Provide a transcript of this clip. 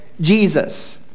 Jesus